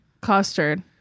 Custard